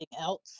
else